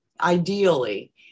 ideally